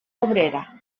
obrera